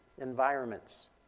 environments